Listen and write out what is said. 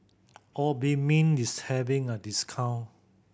Obimin is having a discount